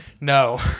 No